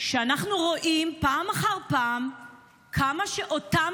לא הגיוני שאנחנו רואים פעם אחר פעם כמה שאותם